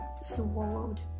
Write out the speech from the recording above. swallowed